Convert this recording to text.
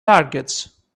targets